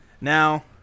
Now